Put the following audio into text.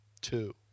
Two